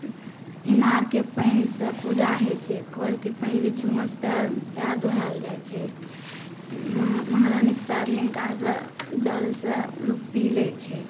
इनारक पानिसँ पूजा होइ छै कलके पानि जे छै वएहसँ पैर धुआयल जाइ छै महारानीके पैर लिनकासँ जलसँ लोक पीबि लै छै